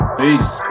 peace